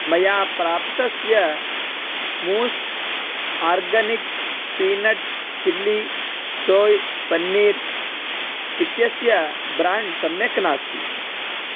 मया प्राप्तस्य मूस् organic peanut chilli soy paneer इत्यस्य ब्राण्ड् सम्यक् नास्ति